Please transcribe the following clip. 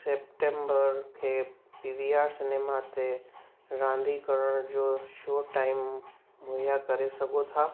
September खे P V R cinema ते रांदि करण जो शॉ टाईम मुहैया करे सघो था